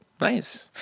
Nice